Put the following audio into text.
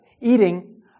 eating